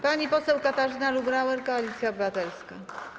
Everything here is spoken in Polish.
Pani poseł Katarzyna Lubnauer, Koalicja Obywatelska.